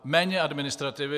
Méně administrativy.